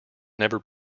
never